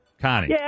Connie